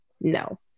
no